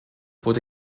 wurde